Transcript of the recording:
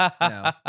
No